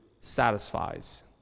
satisfies